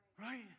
right